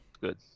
Good